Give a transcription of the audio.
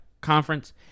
conference